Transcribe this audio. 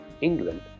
England